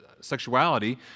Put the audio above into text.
sexuality